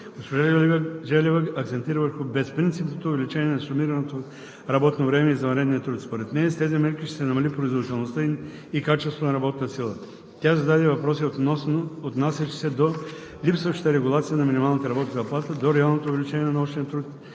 Госпожа Желева акцентира върху безпринципното увеличаване на сумираното работно време и извънредния труд. Според нея с тези мерки ще се намали производителността и качеството на работната сила. Тя зададе въпроси, отнасящи се до липсващата регулация на минималната работна заплата, до реалното увеличение на нощния труд